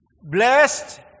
Blessed